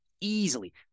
easily